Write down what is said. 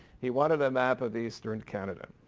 he wanted a map of eastern canada.